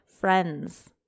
friends